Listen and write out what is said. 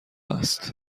است